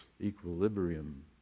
equilibrium